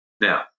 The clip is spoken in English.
Now